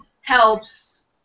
helps